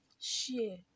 share